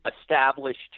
established